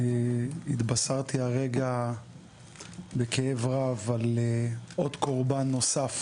התבשרתי הרגע בכאב רב על עוד קורבן נוסף